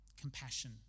compassion